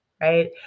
right